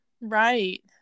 right